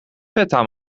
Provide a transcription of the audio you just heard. feta